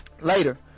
later